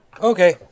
Okay